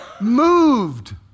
moved